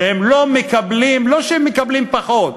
והם לא מקבלים, לא שהם מקבלים פחות,